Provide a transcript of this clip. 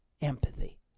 empathy